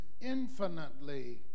infinitely